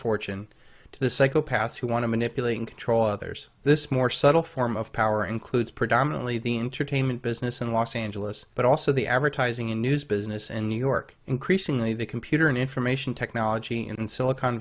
fortune to the psychopaths who want to manipulate and control others this more subtle form of power includes predominantly the entertainment business in los angeles but also the advertising in news business in new york increasingly the computer in information technology in silicon